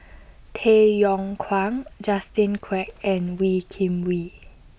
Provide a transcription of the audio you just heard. Tay Yong Kwang Justin Quek and Wee Kim Wee